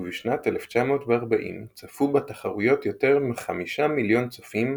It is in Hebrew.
ובשנת 1940 צפו בתחרויות יותר מ-5 מיליון צופים